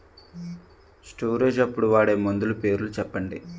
Storage అప్పుడు వాడే మందులు పేర్లు చెప్పండీ?